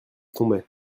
tombait